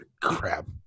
crap